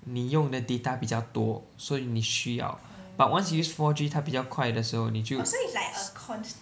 你用的 data 比较多所以你需要 but once you use four G 它比较快的时候你就